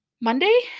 Monday